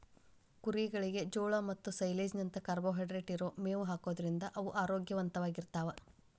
ಕುರಿಗಳಿಗೆ ಜೋಳ ಮತ್ತ ಸೈಲೇಜ್ ನಂತ ಕಾರ್ಬೋಹೈಡ್ರೇಟ್ ಇರೋ ಮೇವ್ ಹಾಕೋದ್ರಿಂದ ಅವು ಆರೋಗ್ಯವಂತವಾಗಿರ್ತಾವ